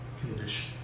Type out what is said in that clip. condition